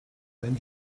when